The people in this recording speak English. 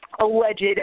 alleged